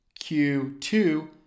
Q2